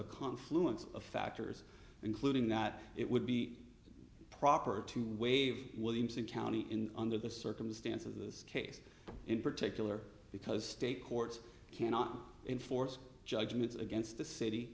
a confluence of factors including that it would be proper to waive williamson county in under the circumstance of this case in particular because state courts cannot enforce judgments against the city